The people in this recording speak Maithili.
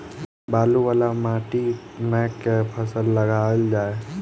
बालू वला माटि मे केँ फसल लगाएल जाए?